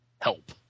help